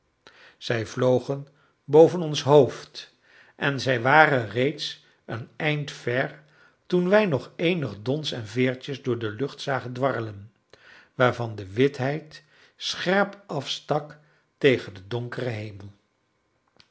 zij vlogen boven ons hoofd en zij waren reeds een eind ver toen wij nog eenig dons en veertjes door de lucht zagen dwarrelen waarvan de witheid scherp afstak tegen den donkeren hemel